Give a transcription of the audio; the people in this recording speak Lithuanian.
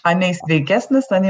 anei sveikesnis anei